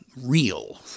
real